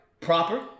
proper